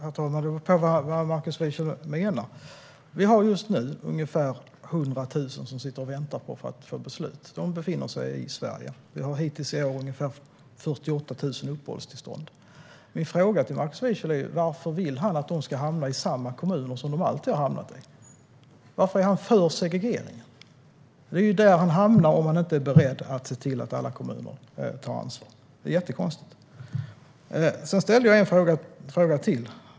Herr talman! Det beror på vad Markus Wiechel menar. Just nu finns ungefär 100 000 som väntar på beslut. De befinner sig i Sverige. Det har hittills utfärdats ungefär 48 000 uppehållstillstånd. Varför vill Markus Wiechel att de ska hamna i samma kommuner de alltid har hamnat i? Varför är han för segregering? Det är där de hamnar om man inte är beredd att se till att alla kommuner tar ansvar. Det är jättekonstigt. Jag ställde en fråga till.